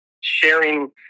sharing